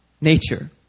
nature